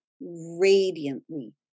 radiantly